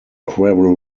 quarrel